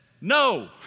No